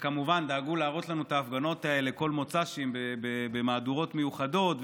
שכמובן דאגו להראות לנו את ההפגנות האלה כל מוצ"ש במהדורות מיוחדות,